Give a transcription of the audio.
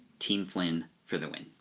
team flynn for the win.